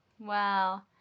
wow